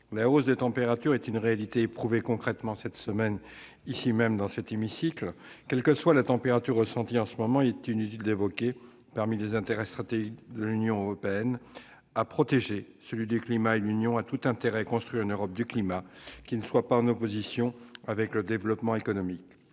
La hausse des températures est une réalité éprouvée concrètement cette semaine, y compris dans cet hémicycle ! Quelle que soit la température ressentie en ce moment, il est utile d'évoquer, parmi les intérêts stratégiques de l'Union européenne à protéger, le climat. L'Union a tout intérêt à construire une Europe du climat qui ne soit pas en opposition avec le développement économique.